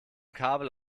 kabel